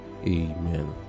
Amen